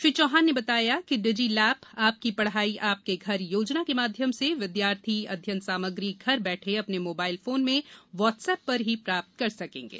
श्री चौहान ने बताया कि डिजी लैप आपकी पढ़ाई आपके घर योजना के माध्यम से विद्यार्थी अध्ययन सामग्री घर बैठे अपने मोबाइल फोन में व्हाट्सएप पर ही प्राप्त कर सकेंगे